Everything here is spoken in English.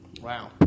Wow